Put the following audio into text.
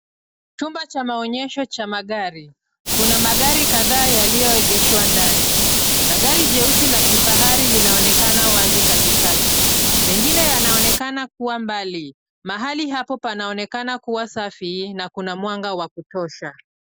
Chumba cha maonyesho cha magari. Kuna magari kadhaa yaliyoegeshwa ndani na gari jeusi la kifahari linaonekana wazi katikati. Mengine yanaonekana kuwa mbali. Mahali hapa panaonekana kuwa safi na kuna mwanga wa kutosha.